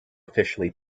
officially